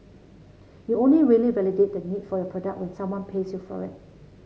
you only really validate the need for your product when someone pays you for it